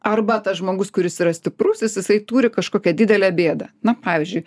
arba tas žmogus kuris yra stiprus jis jisai turi kažkokią didelę bėdą na pavyzdžiui